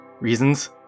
reasons